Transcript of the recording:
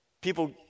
people